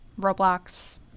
Roblox